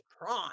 prime